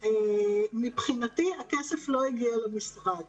מבחינתי הכסף לא הגיע למשרד,